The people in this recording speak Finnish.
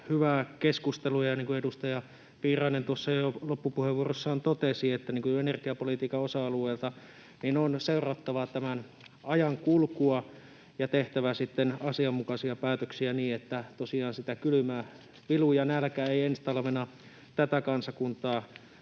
hyvää keskustelua. Edustaja Piirainen tuossa loppupuheenvuorossaan totesi energiapolitiikan osa-alueista, että on seurattava tämän ajan kulkua ja tehtävä sitten asianmukaisia päätöksiä niin, että tosiaan kylmä, vilu ja nälkä ei ensi talvena tätä kansakuntaa